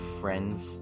friends